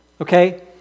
okay